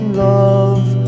love